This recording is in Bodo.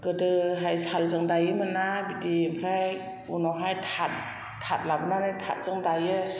गोदोहाय सालजों दायोमोन ना बिदि ओमफ्राय उनावहाय थाद लाबोनानै थादजों दायो